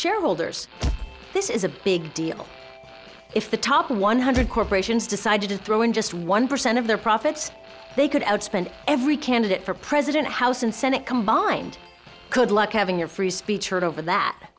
shareholders this is a big deal if the top one hundred corporations decide to throw in just one percent of their profits they could outspend every candidate for president house and senate combined could luck having your free speech hurt over that